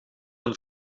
een